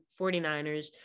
49ers